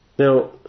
Now